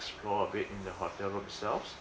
explore a bit in the hotel room itself